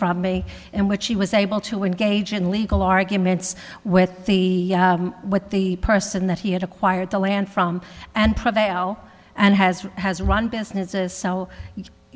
from me and what she was able to engage in legal arguments with the what the person that he had acquired the land from and prevail and has has run businesses so